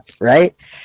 right